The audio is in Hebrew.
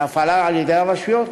להפעלה על-ידי הרשויות,